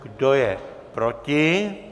Kdo je proti?